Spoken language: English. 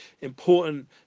important